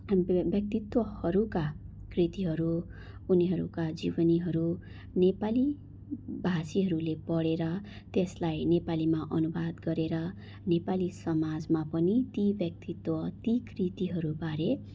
व्यक्तित्वहरूका कृतिहरू उनीहरूका जीवनीहरू नेपाली भाषीहरूले पढेर त्यसलाई नेपालीमा अनुवाद गरेर नेपाली समाजमा पनि ती व्यक्तित्व ती कृतिहरूबारे